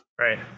Right